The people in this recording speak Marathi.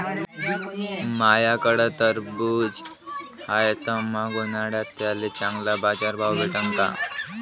माह्याकडं टरबूज हाये त मंग उन्हाळ्यात त्याले चांगला बाजार भाव भेटन का?